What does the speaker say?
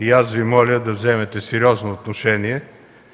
и аз Ви моля да вземете сериозно отношение,